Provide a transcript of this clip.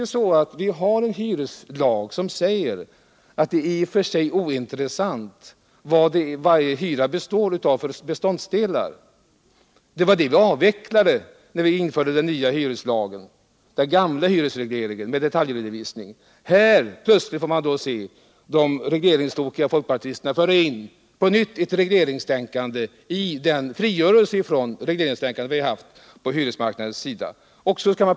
Nu har vi en hyreslag som säger att det i och för sig är ointressant vilka beståndsdelar en hyra består av. Det var detta system — den gamla hyreslagen med detaljredovisning - som vi avvecklade när vi införde den nya hyreslagen. Här får vi se de regleringstokiga folkpartisterna på nytt föra in ett regleringstänkande i den frigörelse från sådant tänkande som vi tidigare haft på hyresmarknaden.